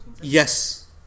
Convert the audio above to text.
Yes